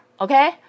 Okay